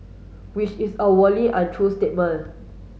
which is a untrue statement